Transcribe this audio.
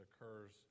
occurs